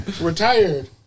Retired